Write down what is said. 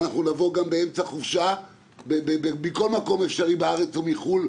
אנחנו נבוא באמצע חופשה מכל מקום אפשרי בארץ או מחו"ל,